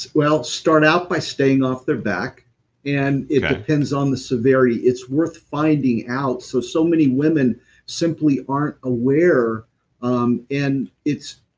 well, start out by staying off their back and it depends on the severity. it's worth finding out. so so many women simply aren't aware um and it's.